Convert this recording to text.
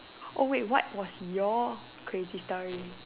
oh wait what was your crazy story